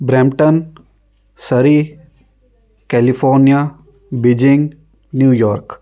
Brampton Surrey California Beijing New York